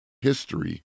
history